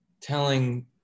telling